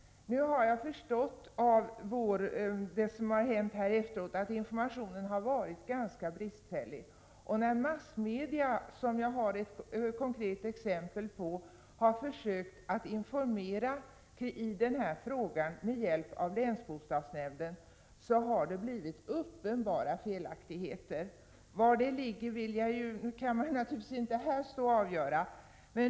Av det som hänt efteråt har jag förstått att informationen varit ganska bristfällig. När massmedia — det har jag ett konkret exempel på — har försökt informera i denna fråga med hjälp av länsbostadsnämnden har det blivit uppenbara felaktigheter. Vad detta beror på kan man naturligtvis inte här stå och avgöra.